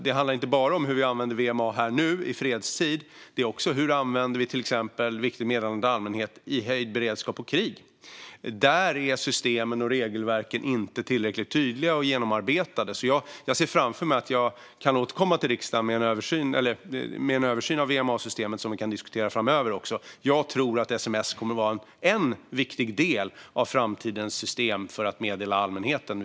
Det handlar inte bara om hur vi använder VMA i fredstid, utan det handlar också om hur vi till exempel använder Viktigt meddelande till allmänheten under höjd beredskap och krig. Där är systemen och regelverken inte tillräckligt tydliga och genomarbetade. Jag ser framför mig att jag kan återkomma till riksdagen med en översyn av VMA-systemet som vi kan diskutera framöver. Jag tror att sms kommer att vara en viktig del av framtidens system när det gäller att meddela allmänheten.